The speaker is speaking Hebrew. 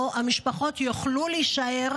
או שהמשפחות יוכלו להישאר?